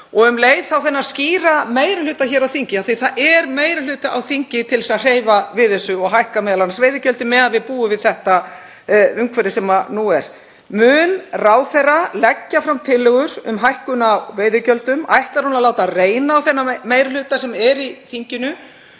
og um leið þá þennan skýra meiri hluta hér á þingi því að það er meiri hluti á þingi til þess að hreyfa við þessu og hækka m.a. veiðigjöldin meðan við búum við það umhverfi sem nú er. Mun ráðherra leggja fram tillögur um hækkun á veiðigjöldum? Ætlar hún að láta reyna á þennan meiri hluta sem er í þinginu?